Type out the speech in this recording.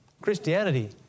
Christianity